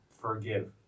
forgive